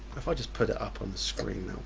if i just put it up on the screen.